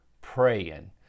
praying